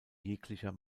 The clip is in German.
jeglicher